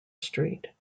street